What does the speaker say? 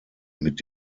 mit